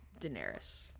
Daenerys